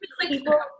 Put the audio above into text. people